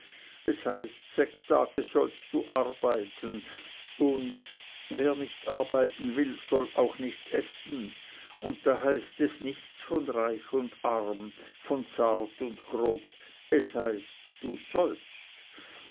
es heißt sechs tage sollst du arbeiten und wer nicht arbeiten will soll auch nicht essen und da heißt es nicht von reich und arm von zart und grob es heißt du sollst